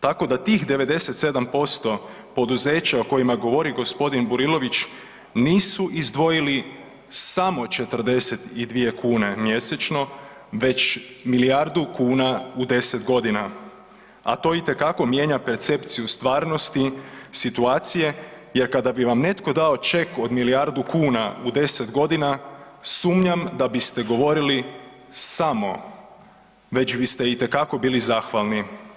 Tako da tih 97% poduzeća o kojima govori gospodin Burilović nisu izdvojili samo 42 kune mjesečno već milijardu kuna u 10 godina, a to itekako mijenja percepciju stvarnosti situacije jer kada bi vam netko dao ček od milijardu kuna u 10 godina sumnjam da biste govorili samo već biste itekako bili zahvalni.